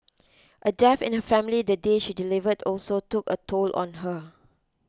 a death in her family the day she delivered also took a toll on her